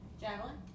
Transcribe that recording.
Javelin